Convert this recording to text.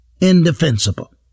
indefensible